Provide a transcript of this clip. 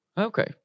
okay